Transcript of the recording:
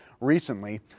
Recently